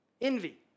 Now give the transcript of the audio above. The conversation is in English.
Envy